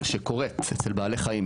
שקורית אצל בעלי חיים,